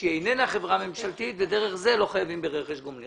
שהיא איננה חברה ממשלתית ודרך זה לא חייבים ברכש גומלין.